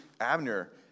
Abner